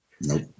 Nope